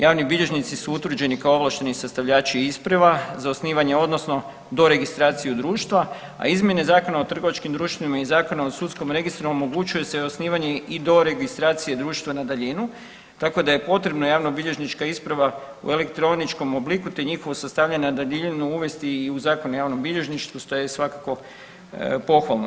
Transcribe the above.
Javni bilježnici su utvrđeni kao ovlašteni sastavljači isprava za osnivanje odnosno do registraciju društva, a izmjene Zakona o trgovačkim društvima i Zakona o sudskom registru omogućuje se i osnivanje i doregistracije društva na daljinu, tako da je potrebno javnobilježnička isprava u elektroničkom obliku, te njihovo sastavljanje na daljinu uvesti i u Zakon o javnom bilježništvu, što je svakako pohvalno.